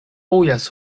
bojas